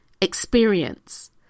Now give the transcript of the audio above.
experience